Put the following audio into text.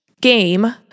game